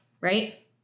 right